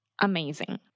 amazing